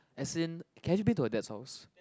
as in have you been to her dad's house